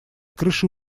крышей